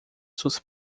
suas